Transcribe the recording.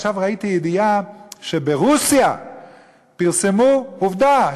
עכשיו ראיתי ידיעה שברוסיה פרסמו עובדה,